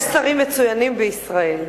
יש שרים מצוינים בישראל.